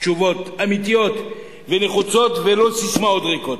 תשובות אמיתיות ונחוצות ולא ססמאות ריקות.